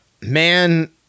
Man